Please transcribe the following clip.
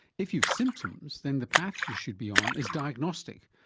if you've symptoms, then the path you should be on is diagnostic,